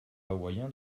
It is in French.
hawaïen